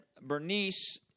Bernice